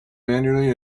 manually